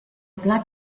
pla